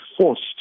forced